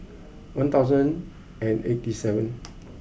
one thousand and eighty seven